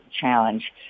challenge